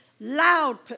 loud